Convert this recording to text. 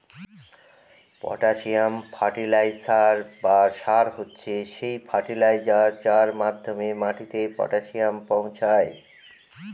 potassium fertiliser বা সার হচ্ছে সেই ফার্টিলাইজার যার মাধ্যমে মাটিতে পটাসিয়াম পৌঁছায়